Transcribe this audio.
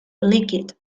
liquid